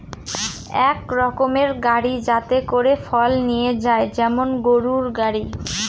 এক রকমের গাড়ি যাতে করে ফল নিয়ে যায় যেমন গরুর গাড়ি